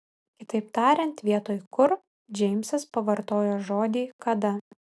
kitaip tariant vietoj kur džeimsas pavartojo žodį kada